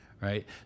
right